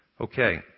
Okay